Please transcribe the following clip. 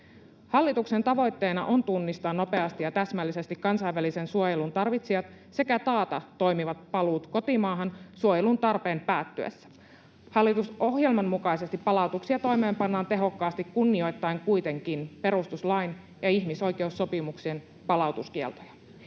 Hallituksen tavoitteena on tunnistaa nopeasti ja täsmällisesti kansainvälisen suojelun tarvitsijat sekä taata toimivat paluut kotimaahan suojelun tarpeen päättyessä. Hallitusohjelman mukaisesti palautuksia toimeenpannaan tehokkaasti kunnioittaen kuitenkin perustuslain ja ihmisoikeussopimuksien palautuskieltoja.